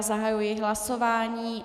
Zahajuji hlasování.